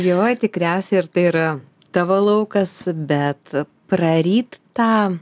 jo tikriausiai ir tai yra tavo laukas bet praryt tą